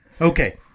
Okay